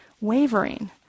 wavering